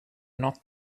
not